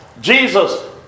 Jesus